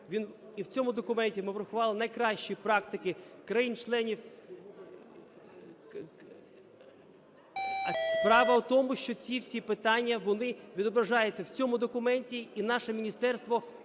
в цьому документі ми врахували найкращі практики країн-членів… Справа в тому, що ці всі питання, вони відображаються в цьому документі, і наше міністерство організовує